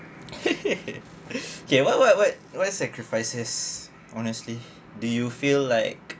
okay what what what what sacrifices honestly do you feel like